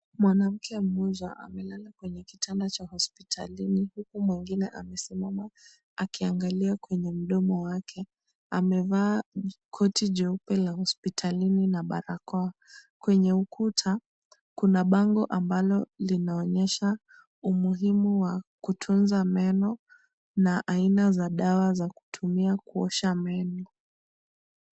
Mwanamke mmoja amelala kwenye kitanda cha hospitalini huku mwingine akisimama akiangalia kwenye mdomo wake . Amevaa koti jeupe la hospitalini na barakoa. Kwenye ukuta, kuna bango ambalo linaonyesha umuhimu wa kutunza meno na aina za dawa za kutumia kuosha meno.